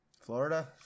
Florida